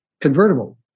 convertible